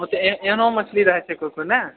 हाँ तऽ एह एहनो मछली रहै छै कोइ कोइ ने